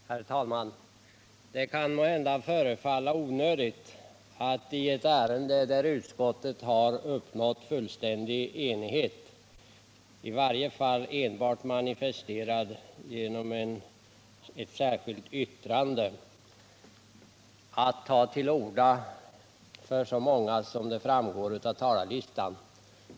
Herr talman! Det kan måhända förefalla onödigt att i ett ärende där utskottet har uppnått fullständig enighet — manifesterad genom att det bara föreligger ett särskilt yttrande — ta till orda för så många som framgår av talarlistan.